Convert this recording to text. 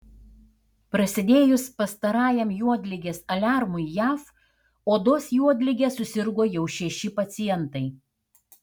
prasidėjus pastarajam juodligės aliarmui jav odos juodlige susirgo jau šeši pacientai